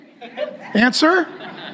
Answer